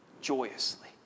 joyously